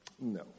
No